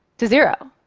to zero.